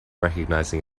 recognizing